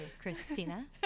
Christina